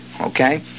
okay